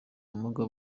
ubumuga